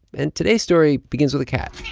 and today's story begins with a cat